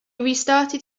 restarted